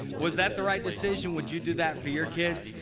was that the right decision would you do that for your kids?